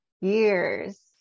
years